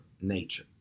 nature